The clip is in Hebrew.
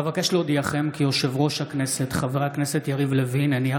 אבקש להודיעכם כי יושב-ראש הכנסת חבר הכנסת יריב לוין הניח